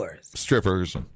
strippers